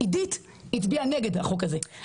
עידית הצביע נגד החוק הזה.